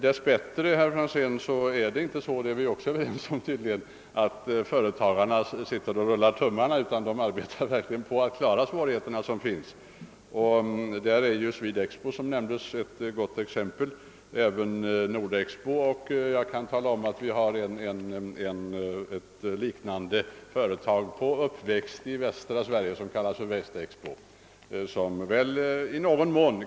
Dess bättre, herr Franzén, sitter inte företagarna och rullar tummarna — det är vi tydligen också överens om — utan de arbetar verkligen på att klara svå righeterna. Swed-Expo som nämndes är ett gott exempel liksom Nord-Expo. Jag kan tala om att ett liknande företag, som kallas Väst-Expo, håller på att växa upp i västra Sverige.